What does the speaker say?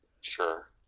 Sure